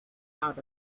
out